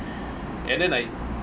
and then I